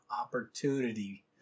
Opportunity